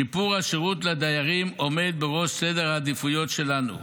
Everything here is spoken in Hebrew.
שיפור השירות לדיירים עומד בראש סדר העדיפויות שלנו.